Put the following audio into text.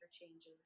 changes